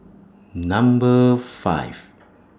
Number five